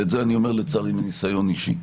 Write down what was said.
ואת זה אני אומר לצערי מניסיון אישי.